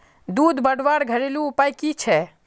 दूध बढ़वार घरेलू उपाय की छे?